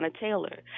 Taylor